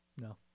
No